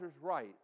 right